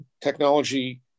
technology